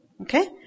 Okay